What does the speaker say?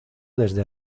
desde